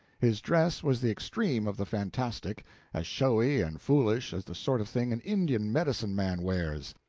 his dress was the extreme of the fantastic as showy and foolish as the sort of thing an indian medicine-man wears.